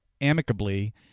amicably